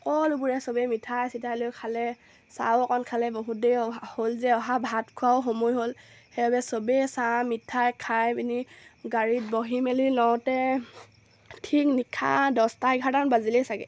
সকলোবোৰে সবেই মিঠাই চিঠাই লৈ খালে চাহো অকণ খালে বহুত দেৰি অহা হ'ল যে অহা ভাত খোৱাও সময় হ'ল সেইবাবে সবেই চাহ মিঠাই খাই পিনি গাড়ীত বহি মেলি লওঁতে ঠিক নিশা দছটা এঘাৰটামান বাজিলেই চাগে